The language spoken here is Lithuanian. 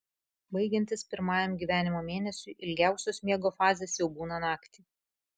baigiantis pirmajam gyvenimo mėnesiui ilgiausios miego fazės jau būna naktį